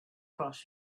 across